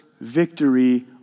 victory